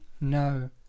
No